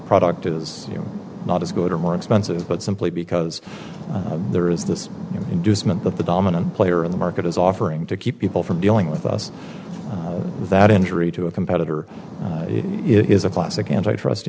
product is not as good or more expensive but simply because there is this inducement that the dominant player in the market is offering to keep people from dealing with us that injury to a competitor is a classic antitrust